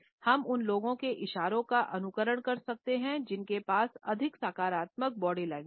हम उन लोगों के इशारों का अनुकरण कर सकते है जिनके पास अधिक सकारात्मक बॉडी लैंग्वेज है